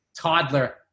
toddler